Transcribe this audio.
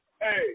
hey